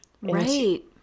Right